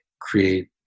create